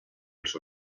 els